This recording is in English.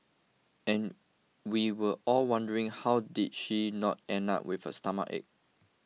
and we were all wondering how did she not end up with a stomachache